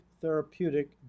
therapeutic